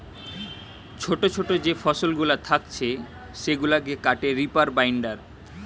ছোটো ছোটো যে ফসলগুলা থাকছে সেগুলাকে কাটে রিপার বাইন্ডার